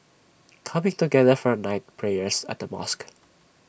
coming together for night prayers at the mosque